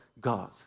God